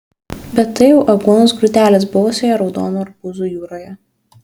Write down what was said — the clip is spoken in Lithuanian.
bet tai jau aguonos grūdelis buvusioje raudonų arbūzų jūroje